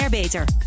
Beter